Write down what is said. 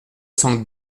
semble